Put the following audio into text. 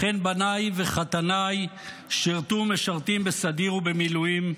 לכן בניי וחתניי שירתו ומשרתים בסדיר ובמילואים.